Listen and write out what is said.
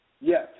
Yes